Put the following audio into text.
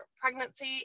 pregnancy